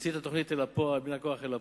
ולהוציא את התוכנית מן הכוח אל הפועל.